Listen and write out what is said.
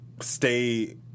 Stay